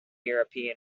european